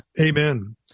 Amen